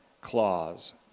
clause